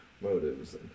motives